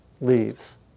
leaves